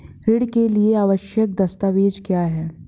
ऋण के लिए आवश्यक दस्तावेज क्या हैं?